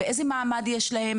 איזה מעמד יש להם,